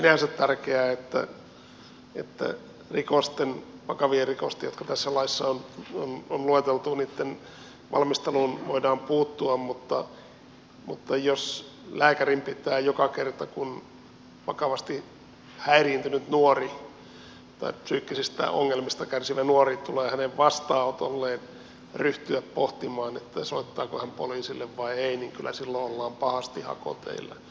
on sinänsä tärkeää että vakavien rikosten jotka tässä laissa on lueteltu valmisteluun voidaan puuttua mutta jos lääkärin pitää joka kerta kun vakavasti häiriintynyt nuori tai psyykkisistä ongelmista kärsivä nuori tulee hänen vastaanotolleen ryhtyä pohtimaan soittaako hän poliisille vai ei niin kyllä silloin ollaan pahasti hakoteillä